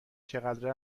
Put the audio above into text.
چقدر